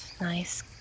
Nice